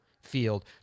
Field